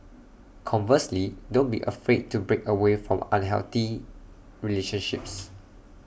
conversely don't be afraid to break away from unhealthy relationships